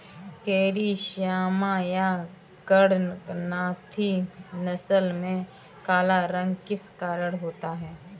Carry श्यामा या कड़कनाथी नस्ल में काला रंग किस कारण होता है?